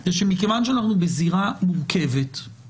זה שמכיוון שאנחנו בזירה מורכבת,